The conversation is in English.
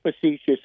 facetious